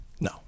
No